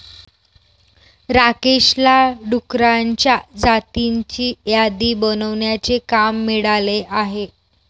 राकेशला डुकरांच्या जातींची यादी बनवण्याचे काम मिळाले आहे